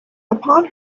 upon